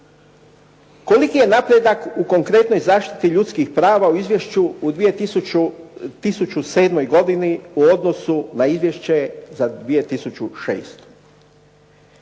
Koliki je napredak u konkretnoj zaštiti ljudskih prava u izvješću u 2007. godini u odnosu na izvješće za 2006.